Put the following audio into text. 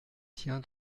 tiens